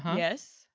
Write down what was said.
yes.